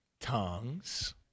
tongues